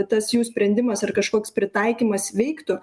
tas jų sprendimas ar kažkoks pritaikymas veiktų